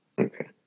Okay